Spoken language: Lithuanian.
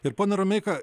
ir pone romeika